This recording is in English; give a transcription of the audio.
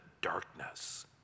darkness